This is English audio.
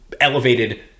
elevated